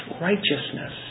righteousness